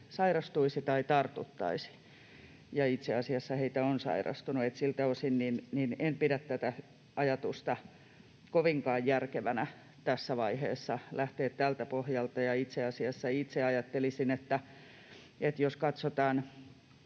sairastuisi tai tartuttaisi, ja itse asiassa heitä on sairastunut, eli siltä osin en pidä tätä ajatusta kovinkaan järkevänä, tässä vaiheessa lähteä tältä pohjalta. Itse asiassa itse ajattelisin, että jos katsotaan